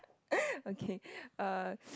okay uh